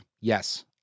yes